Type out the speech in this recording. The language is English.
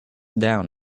down